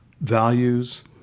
values